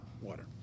Water